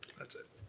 that's it.